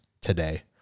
today